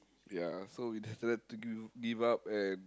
ya so we decided to gi~ give up and